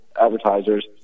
advertisers